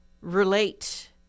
relate